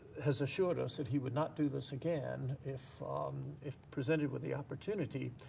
has assured us that he would not do this again if um if presented with the opportunity.